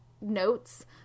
notes